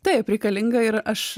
taip reikalinga ir aš